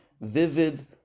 vivid